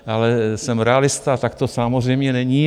Ale jsem realista, tak to samozřejmě není.